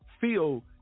feel